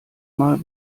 mal